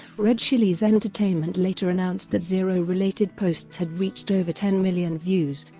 red chillies entertainment later announced that zero-related posts had reached over ten million views,